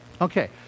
Okay